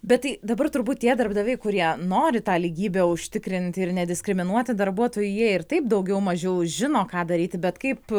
bet tai dabar turbūt tie darbdaviai kurie nori tą lygybę užtikrinti ir nediskriminuoti darbuotojų jie ir taip daugiau mažiau žino ką daryti bet kaip